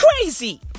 Crazy